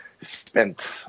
spent